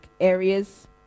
areas